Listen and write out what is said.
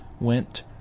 went